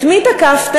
את מי תקפתן?